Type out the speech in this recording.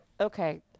okay